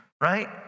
right